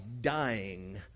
dying